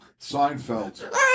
Seinfeld